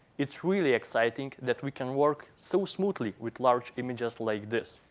it's really exciting that we can work so smoothly with large images like this.